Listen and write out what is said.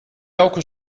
elke